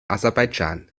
aserbaidschan